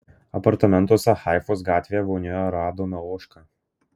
apartamentuose haifos gatvėje vonioje radome ožką